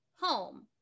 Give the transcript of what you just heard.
home